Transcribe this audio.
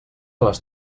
les